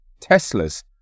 Teslas